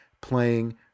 playing